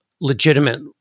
legitimate